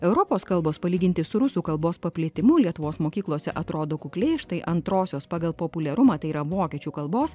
europos kalbos palyginti su rusų kalbos paplitimu lietuvos mokyklose atrodo kukliai štai antrosios pagal populiarumą tai yra vokiečių kalbos